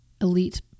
elite